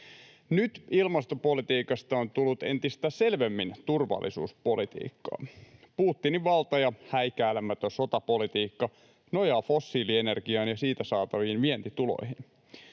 Nyt ilmastopolitiikasta on tullut entistä selvemmin turvallisuuspolitiikkaa. Putinin valta ja häikäilemätön sotapolitiikka nojaavat fossiilienergiaan ja siitä saataviin vientituloihin.